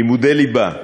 לימודי ליבה,